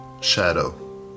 Shadow